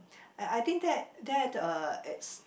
I I think there there's a is